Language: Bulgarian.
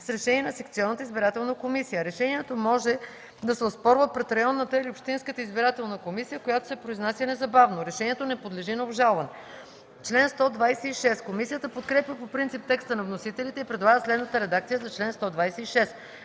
с решение на секционната избирателна комисия. Решението може да се оспорва пред районната или общинската избирателна комисия, която се произнася незабавно. Решението не подлежи на обжалване.” Комисията подкрепя по принцип текста на вносителите и предлага следната редакция на чл. 126: